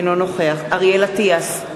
אינו נוכח אריאל אטיאס,